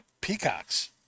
peacocks